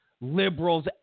liberals